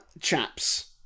chaps